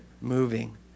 moving